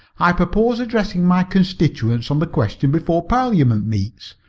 i purpose addressing my constituents on the question before parliament meets.